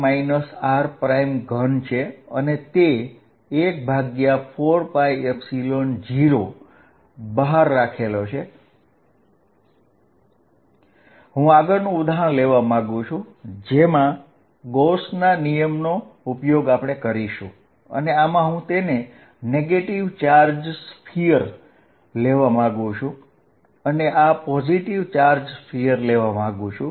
r rr rr r5 pr r3 હું આગળનું ઉદાહરણ લેવા માંગુ છું જેમાં ગૌસના નિયમનો ઉપયોગ કરીશું અને આમાં હું તેને ઋણ વીજભારીત ગોળો લેવા માંગું છું અને આ ધન વીજભારીત ગોળો લેવા માંગું છું